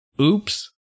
Oops